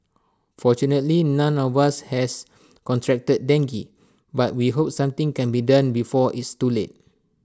fortunately none of us has contracted dengue but we hope something can be done before it's too late